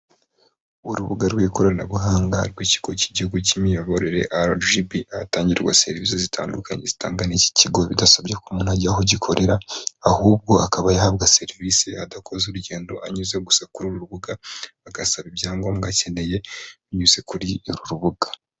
Urubuga rw'ikoranabuhanga rw'ikigo cy'igihugu cy'imiyoborere RGB, ahatangirwa serivisi zitandukanye zitangwa n'iki kigo bidasabye ko umuntu ajya aho gikorera, ahubwo akaba yahabwa serivisi adakoze urugendo anyuze gusa kuri uru rubuga, agasaba ibyangombwa akeneye anyuze kuri uru rubuga.